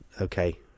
okay